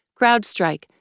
CrowdStrike